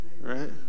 right